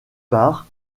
part